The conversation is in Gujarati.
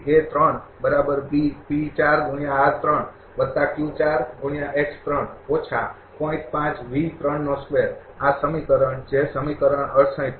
આ સમીકરણ જે સમીકરણ ૬૮ છે